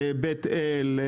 בית אל,